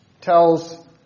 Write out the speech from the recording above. tells